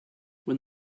when